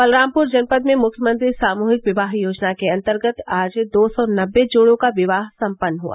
बलरामपुर जनपद में मुख्यमंत्री सामूहिक विवाह योजना के अन्तर्गत आज दो सौ नब्बे जोड़ों का विवाह सम्पन्न हुआ